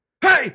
Hey